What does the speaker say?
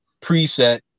preset